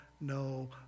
no